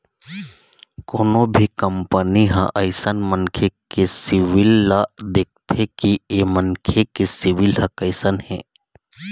कोनो भी कंपनी ह अइसन मनखे के सिविल ल देखथे कि ऐ मनखे के सिविल ह कइसन हे